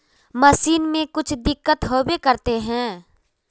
Machine में कुछ दिक्कत होबे करते है?